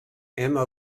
emma